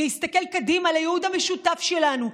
להסתכל קדימה לייעוד המשותף שלנו,